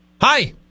Hi